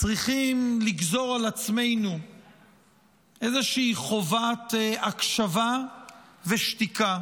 צריכים לגזור על עצמנו איזושהי חובת הקשבה ושתיקה.